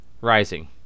rising